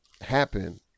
happen